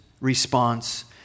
response